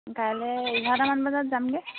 কাইলৈ এঘাৰটামান বজাত যামগৈ